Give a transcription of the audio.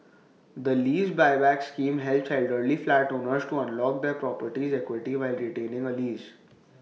the lease Buyback scheme helps elderly flat owners to unlock their property's equity while retaining A lease